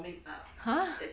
!huh!